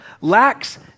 lacks